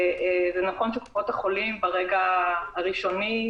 זה נכון שקופות-החולים ברגע הראשוני,